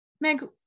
Meg